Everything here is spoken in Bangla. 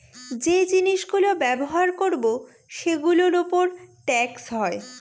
যে জিনিস গুলো ব্যবহার করবো সেগুলোর উপর ট্যাক্স হয়